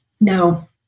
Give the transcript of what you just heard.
No